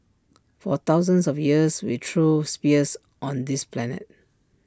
for thousands of years we threw spears on this planet